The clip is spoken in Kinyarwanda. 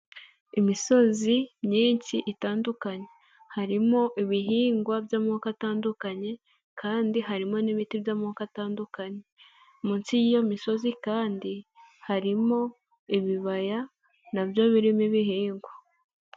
Imisozi myinshi itandukanye, harimo ibihingwa by'amoko atandukanye kandi harimo n'ibiti by'amoko atandukanye, munsi y'iyo misozi kandi harimo ibibaya na byo birimo ibihingwa.